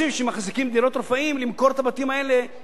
למכור את הבתים האלה במהרה ולהוציא אותן לשוק.